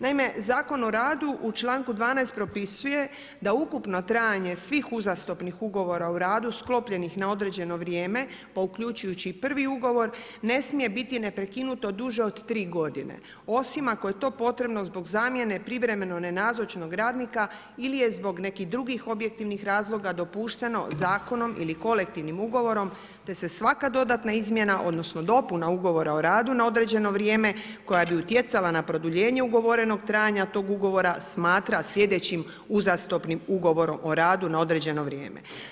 Naime, Zakon o radu u čl. 12. propisuje da ukupno trajanje svih uzastopnih ugovora o radu sklopljenih na određeno vrijeme, pa uključujući i prvi ugovor, ne smije biti neprekinuto duže od 3 godine, osim ako je to potrebno zbog zamjene privremeno nenazočnog radnika ili je zbog nekih drugih objektivnih razloga dopušteno zakonom ili kolektivnim ugovorom te se svaka dodatna izmjena odnosno dopuna ugovora o radu na određeno vrijeme koja bi utjecala na produljenje ugovorenog trajanja tog ugovora smatra sljedećim uzastopnim ugovorom o radu na određeno vrijeme.